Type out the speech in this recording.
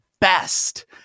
best